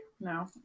No